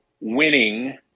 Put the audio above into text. winning